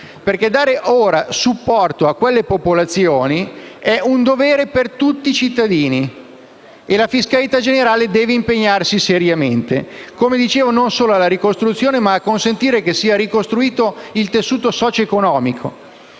dare ora supporto a quelle popolazioni è un dovere per tutti i cittadini e la fiscalità generale deve impegnarsi seriamente, non solo alla ricostruzione ma anche per consentire che sia ricostituito il tessuto socioeconomico.